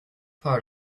part